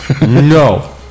No